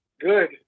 Good